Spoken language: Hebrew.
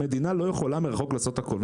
המדינה לא יכולה מרחוק לעשות הכול.